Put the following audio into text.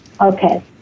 okay